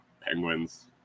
penguins